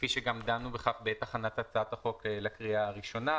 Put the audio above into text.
כפי שגם דנו בכך בעת הצעת החוק לקריאה הראשונה.